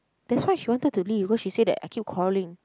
that's why she wanted to leave because she said that I keep quarreling